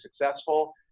successful